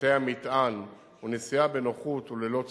בתאי המטען ונסיעה בנוחות וללא צפיפות,